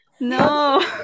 no